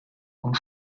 und